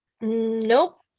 nope